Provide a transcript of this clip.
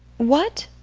what?